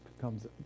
comes